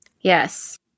Yes